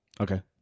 Okay